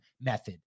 method